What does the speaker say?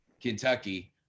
Kentucky